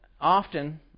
often